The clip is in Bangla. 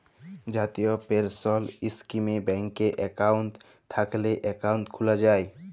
জাতীয় পেলসল ইস্কিমে ব্যাংকে একাউল্ট থ্যাইকলে একাউল্ট খ্যুলা যায়